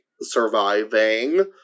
surviving